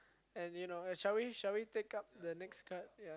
and you know shall we shall take up the next card ya